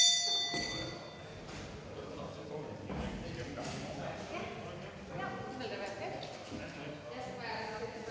Tak